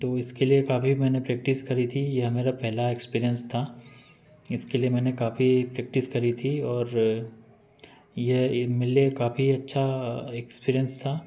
तो इसके लिए काफी मैंने प्रैक्टिस करी थी यह मेरा पहला एक्सपीरियंस था इसके लिए मैंने काफी प्रैक्टिस करी थी और यह ए मेरे लिए काफी अच्छा एक्सपीरियंस था